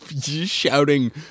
shouting